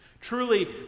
Truly